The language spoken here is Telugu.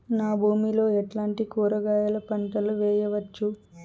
నా భూమి లో ఎట్లాంటి కూరగాయల పంటలు వేయవచ్చు?